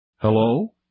Hello